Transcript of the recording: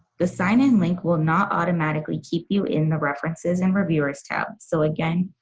the sign-in link will not automatically keep you in the references and reviewers tab, so again,